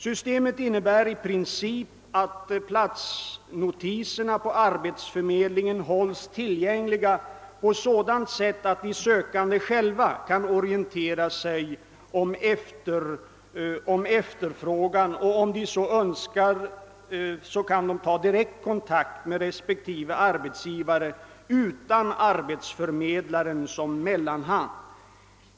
Systemet innebär i princip att platsnotiserna på arbetsförmedlingen hålls tillgängliga på ett sådant sätt att de sökande själva kan orientera sig om efterfrågan i de aktuella fallen. Om de så önskar kan de ta direkt kontakt med respektive arbetsgivare utan att använda arbetsförmedlingen som mellanhand.